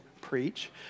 preach